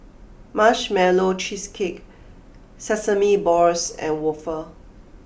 Marshmallow Cheesecake Sesame Balls and Waffle